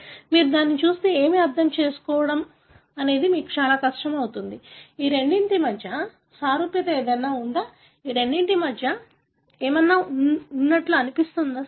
మీరు దానిని చూస్తే ఏమిటో అర్థం చేసుకోవడం మీకు చాలా కష్టమవుతుంది ఈ రెండింటి మధ్య సారూప్యత ఏదైనా ఉందా ఈ రెండింటి మధ్య సారూప్యత లేనిది ఏదైనా ఉందా